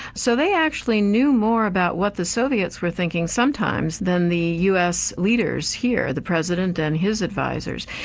so they actually knew more about what the soviets were thinking, sometimes, than the us leaders here, the president and his advisers.